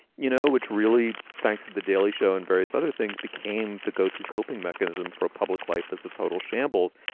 you know, which really, thanks to the daily show and various other things, became the go to coping mechanism for a public life. that's a total shambles.